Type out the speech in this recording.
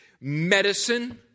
medicine